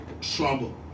trouble